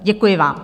Děkuji vám.